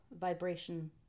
vibration